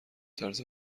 طرز